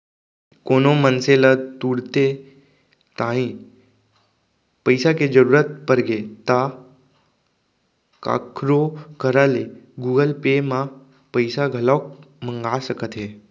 कोनो मनसे ल तुरते तांही पइसा के जरूरत परगे ता काखरो करा ले गुगल पे म पइसा घलौक मंगा सकत हे